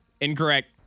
Incorrect